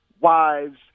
wives